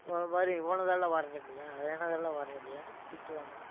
பா பார் இங்கே உன்னதெல்லாம் வர்றதில்லையா என்னதெல்லாம் வர்றதில்லையானு திட்டுவாங்கள்